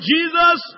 Jesus